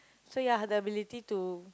so ya the ability to